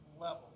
level